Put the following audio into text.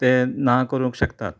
ते ना करूंक शकतात